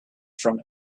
from